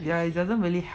ya it doesn't really help